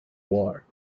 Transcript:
war